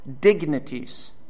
dignities